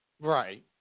Right